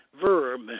verb